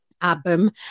Album